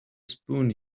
spoon